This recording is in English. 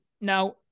Now